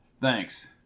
Thanks